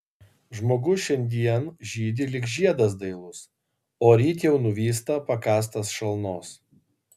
žmogus šiandien žydi lyg žiedas dailus o ryt jau nuvysta pakąstas šalnos